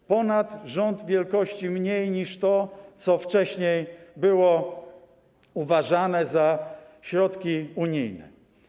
To ponad rząd wielkości mniej niż to, co wcześniej było uważane za środki unijne.